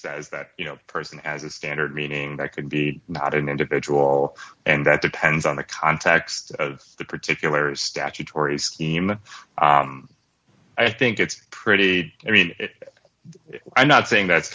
says that you know person as a standard meaning that could be not an individual and that depends on the context of the particular statutory scheme i think it's pretty i mean i'm not saying that's